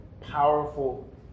powerful